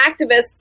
activists